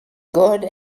good